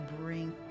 bring